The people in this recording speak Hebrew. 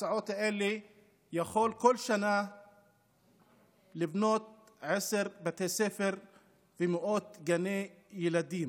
בהסעות האלה יכול לבנות עשרה בתי ספר ומאות גני ילדים